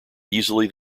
easily